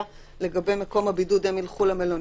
לגבי מקום הבידוד הם ילכו למלונית,